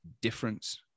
difference